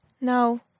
No